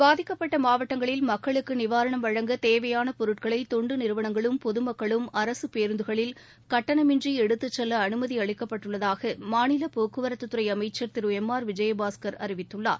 பாதிக்கப்பட்டமாவட்டங்களில் மக்களுக்குநிவாரணம் வழங்க தேவையானபொருட்களைதொண்டுநிறுவனங்களும் பொதுமக்களும் அரசுபேருந்துகளில் கட்டணமின்றிஎடுத்துச் செல்லஅனுமதிஅளிக்கப்பட்டுள்ளதாகமாநிலபோக்குவரத்துதுறைஅமைச்சர் திருளம் அறிவித்துள்ளார்